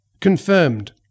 confirmed